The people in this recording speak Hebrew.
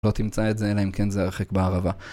לא תמצא את זה אלא אם כן זה הרחק בערבה.